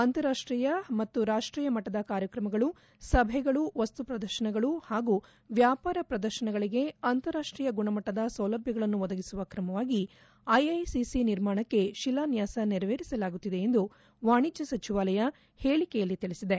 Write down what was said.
ಅಂತಾರಾಷ್ಷೀಯ ಮತ್ತು ರಾಷ್ಷೀಯ ಮಟ್ಟದ ಕಾರ್ಯಕ್ರಮಗಳು ಸಭೆಗಳು ವಸ್ತು ಪ್ರದರ್ಶನಗಳು ಹಾಗೂ ವ್ಯಾಪಾರ ಪ್ರದರ್ಶನಗಳಿಗೆ ಅಂತಾರಾಷ್ಲೀಯ ಗುಣಮಟ್ಟದ ಸೌಲಭ್ಯಗಳನ್ನು ಒದಗಿಸುವ ಕ್ರಮವಾಗಿ ಐಐಸಿಸಿ ನಿರ್ಮಾಣಕ್ಕೆ ಶೀಲಾನ್ಗಾಸ ನೆರವೇರಿಸಲಾಗುತ್ತಿದೆ ಎಂದು ವಾಣಿಜ್ಯ ಸಚಿವಾಲಯ ಹೇಳಕೆಯಲ್ಲಿ ತಿಳಿಸಿದೆ